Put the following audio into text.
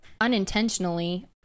unintentionally